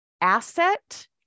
asset